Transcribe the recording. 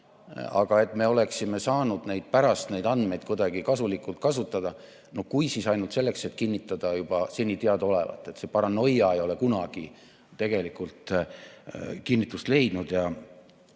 Aga et me oleksime saanud neid andmeid pärast kuidagi kasulikult kasutada – no kui, siis ainult selleks, et kinnitada juba seni teadaolevat. See paranoia ei ole kunagi tegelikult kinnitust leidnud.